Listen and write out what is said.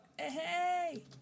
Hey